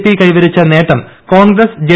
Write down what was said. P കൈവരിച്ച നേട്ടം Congress J